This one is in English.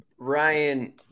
Ryan